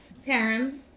Taryn